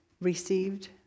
received